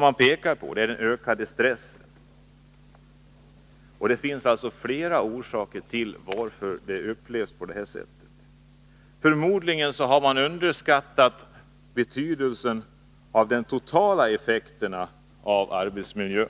Man pekar på den ökade stressen. Det finns allt flera orsaker till att man upplever situationen på detta sätt. Förmodligen har vi underskattat betydelsen av de totala effekterna när det gäller arbetsmiljön.